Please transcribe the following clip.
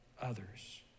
others